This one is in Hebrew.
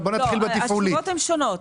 הסיבות הן שונות.